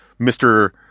Mr